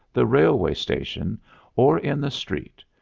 the railway station or in the street,